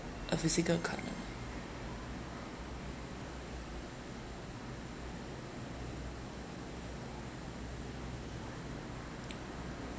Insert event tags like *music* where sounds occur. a physical card *noise*